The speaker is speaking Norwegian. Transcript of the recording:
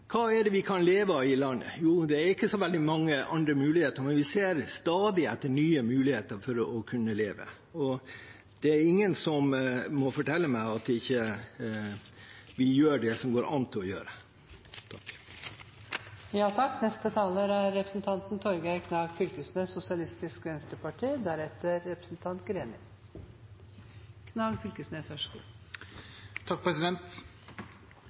Hva kan vi leve av i landet? Det er ikke så veldig mange andre muligheter, men vi ser stadig etter nye muligheter for å kunne leve. Det er ingen som skal fortelle meg at vi ikke gjør det som det går an å gjøre. Eg trur ein viktig premiss for denne diskusjonen er